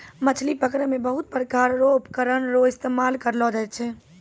मछली पकड़ै मे बहुत प्रकार रो उपकरण रो इस्तेमाल करलो जाय छै